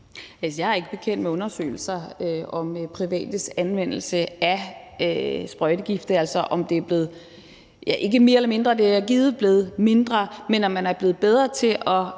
Jeg er ikke bekendt med undersøgelser af privates anvendelse af sprøjtegifte, altså om det er blevet, ja, mere eller mindre; det er givet blevet mindre. Men om man er blevet bedre til at